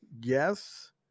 yes